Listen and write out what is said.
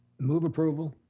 move approval.